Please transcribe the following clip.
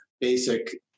basic